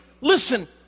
Listen